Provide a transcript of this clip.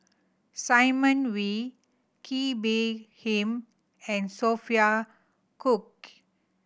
Simon Wee Kee Bee Khim and Sophia Cooke